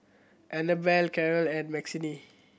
Annabelle Caryl and Maxine